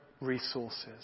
resources